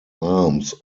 arms